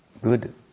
good